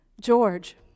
George